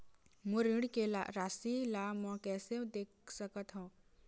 मोर ऋण के राशि ला म कैसे देख सकत हव?